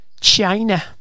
China